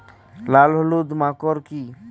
লাল ও হলুদ মাকর কী?